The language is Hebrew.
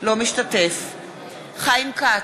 אינו משתתף בהצבעה חיים כץ,